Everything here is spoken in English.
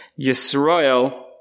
Yisrael